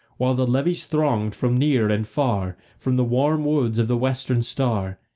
while the levies thronged from near and far, from the warm woods of the western star,